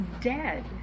dead